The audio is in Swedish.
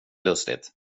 lustigt